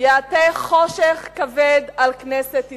יעטה חושך כבד על כנסת ישראל,